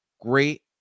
great